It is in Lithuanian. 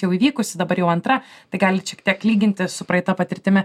jau įvykusi dabar jau antra tai galit šiek tiek lyginti su praeita patirtimi